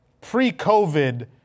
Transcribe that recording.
pre-COVID